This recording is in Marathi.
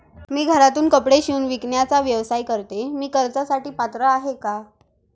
मी घरातूनच कपडे शिवून विकण्याचा व्यवसाय करते, मी कर्जासाठी पात्र आहे का?